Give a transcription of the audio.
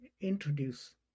introduce